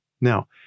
Now